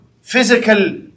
physical